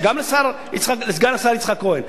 גם סגן השר יצחק כהן.